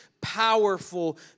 powerful